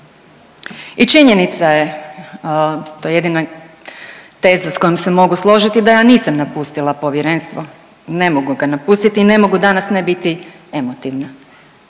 I činjenica je, to je jedina teza s kojom se mogu složiti da ja nisam napustila povjerenstvo, ne mogu ga napustiti ne mogu danas ne biti emotivna.